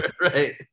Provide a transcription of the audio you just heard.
Right